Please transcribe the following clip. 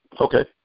Okay